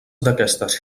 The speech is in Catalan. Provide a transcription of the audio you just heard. d’aquestes